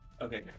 Okay